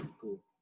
cool